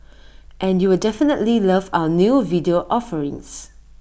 and you'll definitely love our new video offerings